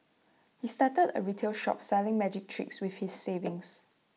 he started A retail shop selling magic tricks with his savings